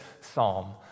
psalm